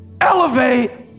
elevate